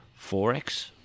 Forex